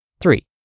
Three